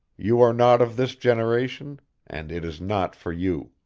you are not of this generation and it is not for you.